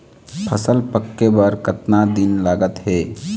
फसल पक्के बर कतना दिन लागत हे?